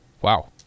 Wow